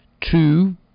Two